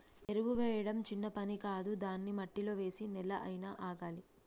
ఎరువు చేయడం చిన్న పని కాదు దాన్ని మట్టిలో వేసి నెల అయినా ఆగాలి